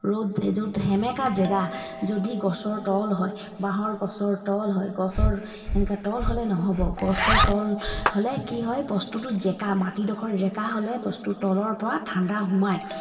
ৰ'দ য'ত সেমেকা জেগা যদি গছৰ তল হয় বাঁহৰ গছৰ তল হয় গছৰ সেনেকা তল হ'লে নহ'ব গছৰ তল হ'লে কি হয় বস্তুটো জেকা মাটিডোখৰ জেকা হ'লে বস্তু তলৰ পৰা ঠাণ্ডা সোমায়